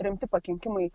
rimti pakenkimai